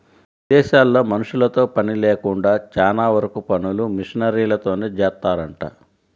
ఇదేశాల్లో మనుషులతో పని లేకుండా చానా వరకు పనులు మిషనరీలతోనే జేత్తారంట